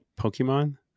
pokemon